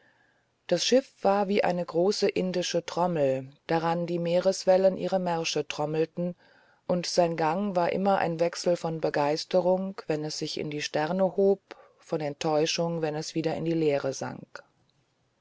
das schiff war wie eine große indische trommel daran die meereswellen ihre märsche trommelten und sein gang war immer ein wechsel von begeisterung wenn es sich in die sterne hob von enttäuschung wenn es wieder in die leere sank